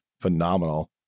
phenomenal